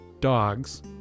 dogs